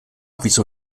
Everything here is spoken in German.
wieso